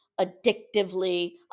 addictively